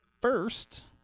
first